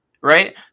right